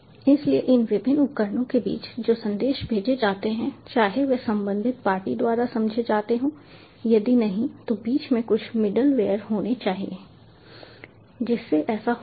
इसलिए इन विभिन्न उपकरणों के बीच जो संदेश भेजे जाते हैं चाहे वे संबंधित पार्टी द्वारा समझे जाते हों यदि नहीं तो बीच में कुछ मिडलवेयर होना चाहिए जिससे ऐसा हो सके